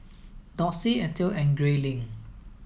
Dossie Ethel and Grayling